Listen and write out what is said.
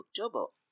October